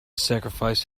sacrifice